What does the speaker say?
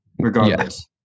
Regardless